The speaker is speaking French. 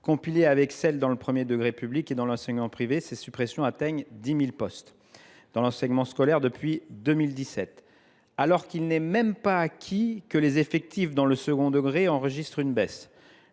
Compilées à celles du premier degré public et de l’enseignement privé, les suppressions atteignent 10 000 postes dans l’enseignement scolaire depuis 2017, alors qu’il n’est même pas acquis que les effectifs dans le second degré enregistrent une baisse.